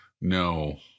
no